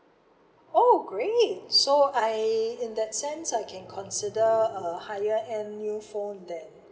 oh great so I in that sense I can consider a higher end new phone then